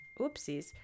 oopsies